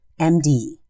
MD